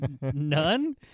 none